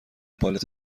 پالت